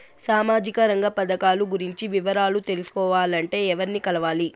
సామాజిక రంగ పథకాలు గురించి వివరాలు తెలుసుకోవాలంటే ఎవర్ని కలవాలి?